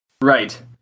Right